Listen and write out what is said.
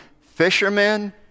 fishermen